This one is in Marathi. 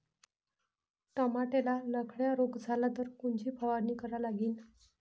टमाट्याले लखड्या रोग झाला तर कोनची फवारणी करा लागीन?